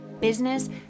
business